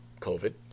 COVID